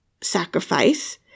sacrifice